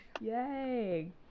Yay